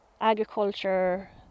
agriculture